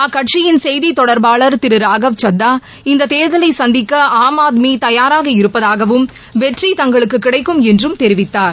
அக்கட்சியின் செய்தித் தொடர்பாளர் திரு ராகவ்சந்தா இந்தத் தேர்தலை சந்திக்க ஆம் ஆத்மி தயாராக இருப்பதாகவும் வெற்றி தங்களுக்கு கிடைக்கும் என்றும் தெரிவித்தார்